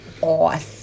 Awesome